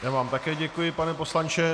Já vám také děkuji, pane poslanče.